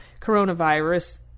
coronavirus